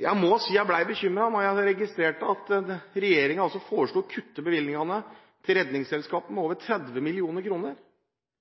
Jeg må si at jeg ble bekymret da jeg registrerte at regjeringen foreslo å kutte i bevilgningene til Redningsselskapet med over 30